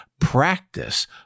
practice